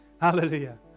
Hallelujah